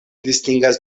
distingas